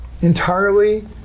entirely